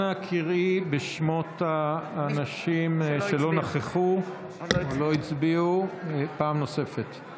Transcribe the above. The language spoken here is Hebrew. אנא קראי בשמות האנשים שלא נכחו או לא הצביעו פעם נוספת.